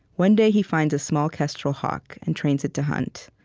one day he finds a small kestrel hawk and trains it to hunt.